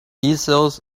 easels